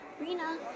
Rina